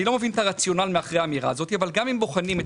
אני לא מבין את הרציונל מאחורי האמירה הזאת אבל גם אם בוחנים את